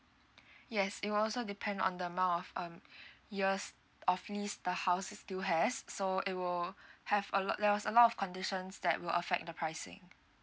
yes it will also depend on the amount of um years of lease the house is still has so it will have a lot there was a lot of conditions that will affect the pricing